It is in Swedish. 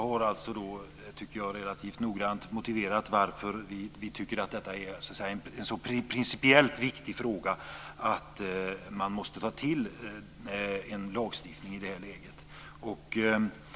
Fru talman! Jag tycker att jag relativt noggrant har motiverat varför vi tycker att detta är en så principiellt viktig fråga att man måste ta till en lagstiftning i det här läget.